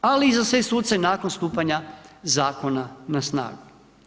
Ali i za sve suce nakon stupanja zakona na snagu.